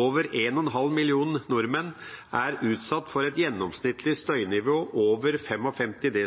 Over én og en halv million nordmenn er utsatt for et gjennomsnittlig støynivå over 55 dB